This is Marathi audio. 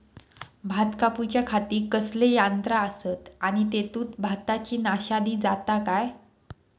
भात कापूच्या खाती कसले यांत्रा आसत आणि तेतुत भाताची नाशादी जाता काय?